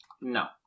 No